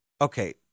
okay